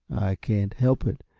i can't help it.